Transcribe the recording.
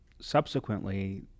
Subsequently